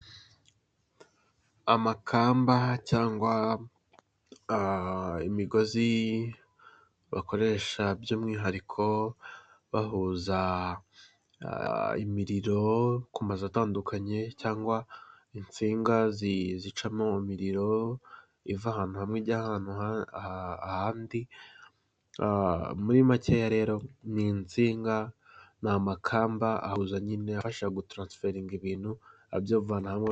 Amakamba cyangwa imigozi bakoresha by'umwihariko bahuza imiriro ku mazu atandukanye cyangwa insinga zicamo imiriro, iva ahantu hamwe ijya ahandi, muri makeya muzinga ni amakamba ahuza nyine yafashaga gutaransiferinga ibintu